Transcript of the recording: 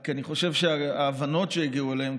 רק אני חושב שההבנות שהגיעו אליהן,